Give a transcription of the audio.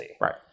Right